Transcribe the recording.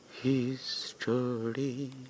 history